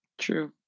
True